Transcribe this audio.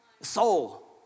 Soul